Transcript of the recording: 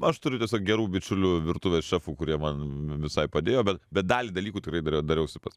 aš turiu tiesiog gerų bičiulių virtuvės šefų kurie man vi visai padėjo bet bet dalį dalykų tikrai dar dariausi pats